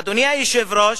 אדוני היושב-ראש,